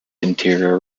interior